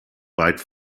weit